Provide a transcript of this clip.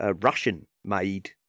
Russian-made